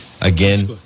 Again